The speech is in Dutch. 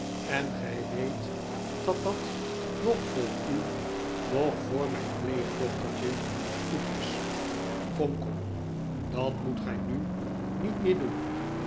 en gij weet dat dat noch voor u noch voor mijn pleegdochtertje goed is kom kom dat moet gij nu niet meer doen